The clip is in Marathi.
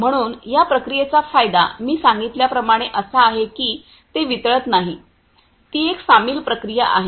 म्हणून या प्रक्रियेचा फायदा मी सांगितल्या प्रमाणे असा आहे की ते वितळत नाही ती एक सामील प्रक्रिया आहे